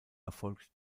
erfolgt